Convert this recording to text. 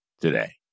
today